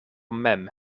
mem